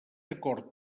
acord